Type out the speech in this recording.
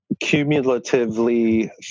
cumulatively